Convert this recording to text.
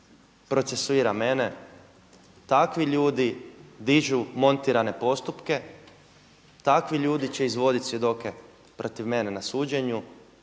procesuira mene, takvi ljudi dižu montirane postupke, takvi ljudi će izvodit svjedoke protiv mene na suđenju.